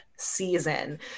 season